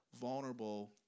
vulnerable